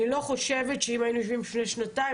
אני לא חושבת שאם היינו יושבים לפני שנתיים,